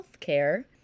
healthcare